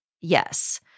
yes